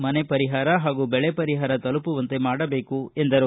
ಮನ ಪರಿಪಾರ ಪಾಗೂ ಬೆಳೆ ವರಿಹಾರ ತಲುಮವಂತೆ ಮಾಡಬೇಕು ಎಂದರು